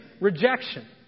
Rejection